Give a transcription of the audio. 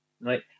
right